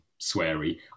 sweary